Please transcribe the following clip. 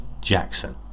Jackson